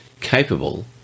capable